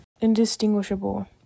indistinguishable